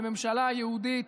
לממשלה יהודית,